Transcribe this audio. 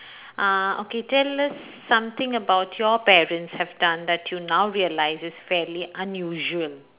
uh okay tell us something about your parents have done that you now realise is fairly unusual